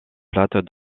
plates